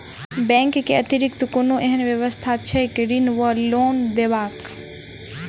Bank केँ अतिरिक्त कोनो एहन व्यवस्था छैक ऋण वा लोनदेवाक?